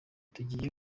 tugiye